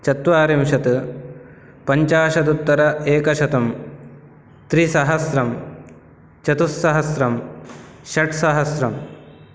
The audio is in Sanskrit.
चत्वारिंशत् पञ्चाशदुत्तर एकशतं त्रिसहस्रं चतुस्सहस्रं षट्सहस्रं